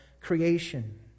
creation